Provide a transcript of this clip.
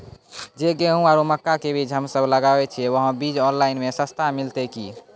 जे गेहूँ आरु मक्का के बीज हमे सब लगावे छिये वहा बीज ऑनलाइन मे सस्ता मिलते की?